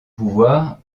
pouvoir